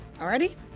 Already